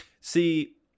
See